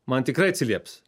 man tikrai atsilieps